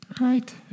right